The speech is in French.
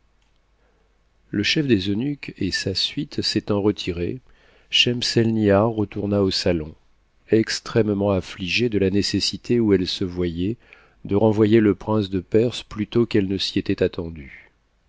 le chef des eunuques et sa suite s'étant retirés schemselnihar retourna au salon extrêmement afhigée de la nécessite ou elle se voyait de renvoyer le prince de perse plus tôt qu'elle ne s'y était attendue